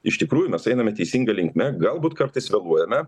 iš tikrųjų mes einame teisinga linkme galbūt kartais vėluojame